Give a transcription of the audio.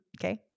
okay